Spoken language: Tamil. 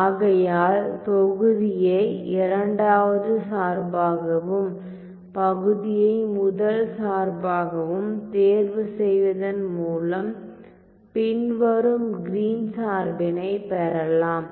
ஆகையால் தொகுதியை இரண்டாவது சார்பாகவும் பகுதியை முதல் சார்பாகவும் தேர்வு செய்வதன் மூலம் பின்வரும் கிரீன் Green's சார்பினை பெறலாம்